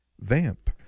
Vamp